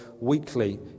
weekly